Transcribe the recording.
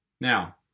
Now